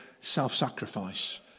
self-sacrifice